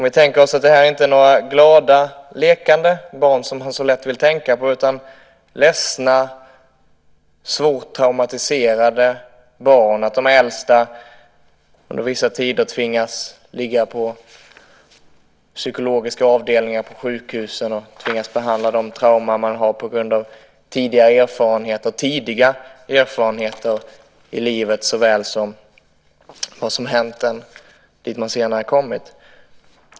Vi tänker oss att det här inte är några glada, lekande barn, som man så gärna vill tänka på, utan ledsna och svårt traumatiserade barn - de äldsta tvingas under vissa tider ligga på psykiatriska avdelningar på sjukhus där man tvingas behandla de trauman de har på grund av tidiga erfarenheter i livet såväl som sådant som har hänt dit man senare har kommit.